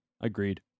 agreed